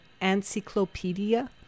encyclopedia